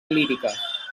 líriques